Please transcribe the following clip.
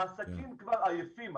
העסקים כבר עייפים,